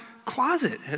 Closet